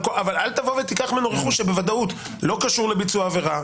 אבל אל תיקח ממנו רכוש שבוודאות לא קשור לביצוע העבירה,